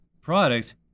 product